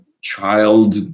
child